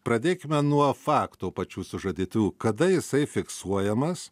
pradėkime nuo fakto pačių sužadėtuvių kada jisai fiksuojamas